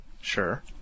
Sure